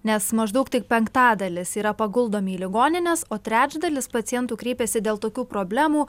nes maždaug tik penktadalis yra paguldomi į ligonines o trečdalis pacientų kreipiasi dėl tokių problemų